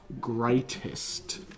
greatest